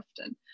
often